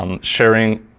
sharing